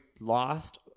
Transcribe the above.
lost